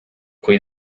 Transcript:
coi